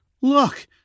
Look